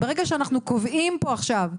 ברגע שאנחנו קובעים פה עכשיו מסמרות,